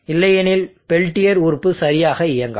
இல்லையெனில் பெல்டியர் உறுப்பு சரியாக இயங்காது